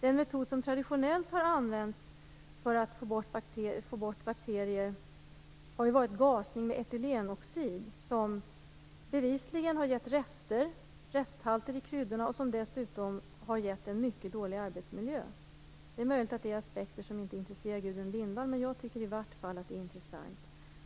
Det metod som traditionellt har använts för att få bort bakterier har ju varit gasning med etylenoxid, som bevisligen har gett resthalter i kryddorna. Dessutom har detta gett en mycket dålig arbetsmiljö. Det är möjligt att det är aspekter som inte intresserar Gudrun Lindvall, men jag tycker i alla fall att det är intressant.